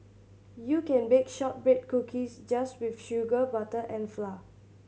you can bake shortbread cookies just with sugar butter and flour